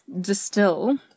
distill